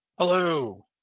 hello